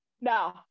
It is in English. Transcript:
No